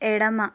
ఎడమ